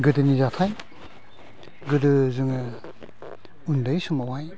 गोदोनि जाथाइ गोदो जोङो उन्दै समावहाय